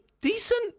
decent